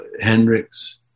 Hendrix